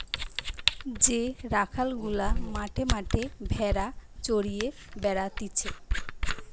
যে রাখাল গুলা মাঠে মাঠে ভেড়া চড়িয়ে বেড়াতিছে